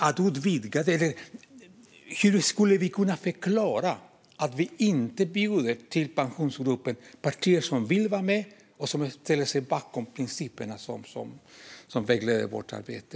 Hur kan vi förklara att vi inte bjuder in partier som vill vara med i Pensionsgruppen och som ställer sig bakom de principer som vägleder vårt arbete?